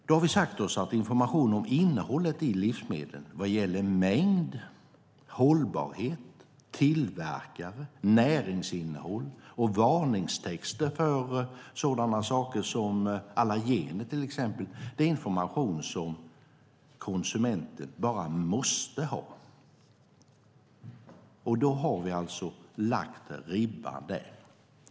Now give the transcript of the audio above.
Vi har sagt oss att information om innehållet i livsmedel vad gäller mängd, hållbarhet, tillverkare, näringsinnehåll och varningstexter för sådant som allergener är information som konsumenten bara måste ha. Då har vi alltså lagt ribban där.